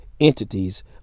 entities